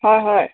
হয় হয়